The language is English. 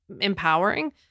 empowering